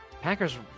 Packers